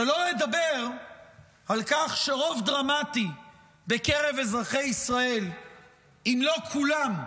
שלא ידבר על כך שרוב דרמטי בקרב אזרחי ישראל אם לא כולם,